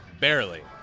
barely